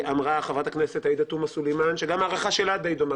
אמרה חברת הכנסת עאידה תומא סלימאן שגם ההערכה שלה די דומה,